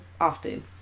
often